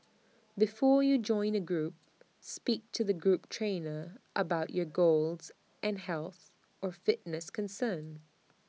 before you join A group speak to the group trainer about your goals and health or fitness concerns